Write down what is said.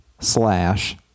slash